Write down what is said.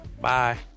Bye